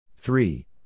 Three